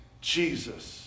Jesus